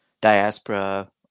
diaspora